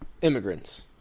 immigrants